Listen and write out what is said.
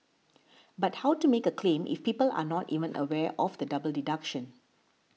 but how to make a claim if people are not even aware of the double deduction